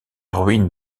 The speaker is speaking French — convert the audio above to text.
ruine